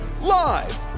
live